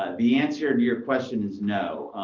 and the answer to your question is, no.